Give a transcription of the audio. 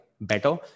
better